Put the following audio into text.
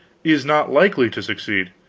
is not likely to succeed.